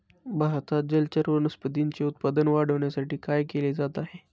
भारतात जलचर वनस्पतींचे उत्पादन वाढविण्यासाठी काय केले जात आहे?